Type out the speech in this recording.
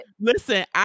Listen